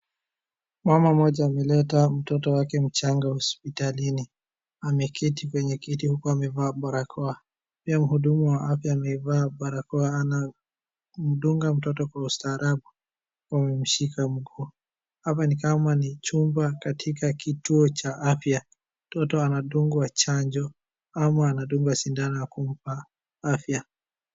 Mama mmoja ameleta mtoto wake mchanga hosiptalini, ameketi kwenye kiti huku amevaa barakoa. Pia mhudumu wa afya amevaa barakoa na anamdunga mtoto kwa ustaarabu, huku amemshika mguu. Hapa ni kama ni chumba katika kituo cha afya ,mtoto anadungwa chanjo ama anadungwa sindano ya kumpa afya.